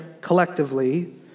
collectively